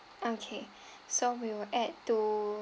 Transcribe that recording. okay so we will add two